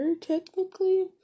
technically